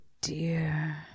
dear